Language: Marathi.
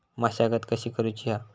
मशागत कशी करूची हा?